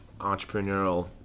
entrepreneurial